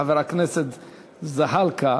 חבר הכנסת זחאלקה.